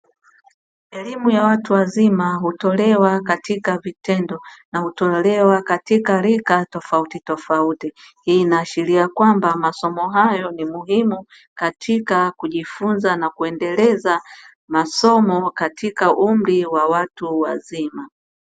Elimu ya watu wazima hutolewa katika vitendo na hutolewa katika rika tofautitofauti. Hii inaashiria kwamba masomo hayo ni muhimu katika kujifunza na kuendeleza masomo katika umri wa watu wazima.